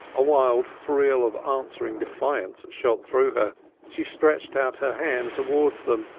a wild thrill of answering defiance shot through her she stretched out her hands towards them.